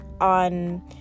on